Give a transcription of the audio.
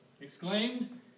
exclaimed